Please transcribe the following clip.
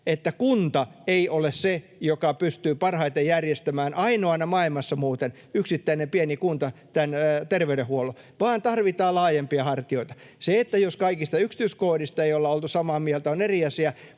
että kunta ei ole se, joka pystyy parhaiten järjestämään, ainoana maailmassa muuten yksittäinen pieni kunta, terveydenhuollon vaan tarvitaan laajempia hartioita. Se, jos kaikista yksityiskohdista ei olla oltu samaa mieltä, on eri asia,